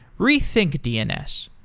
rethink dns,